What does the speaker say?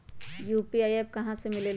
UPI app कहा से मिलेलु?